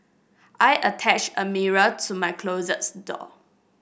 I attached a mirror to my closet door